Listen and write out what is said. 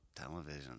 television